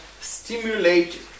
stimulate